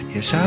Yes